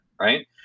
right